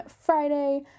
Friday